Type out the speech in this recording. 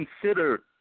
consider